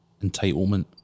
entitlement